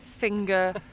Finger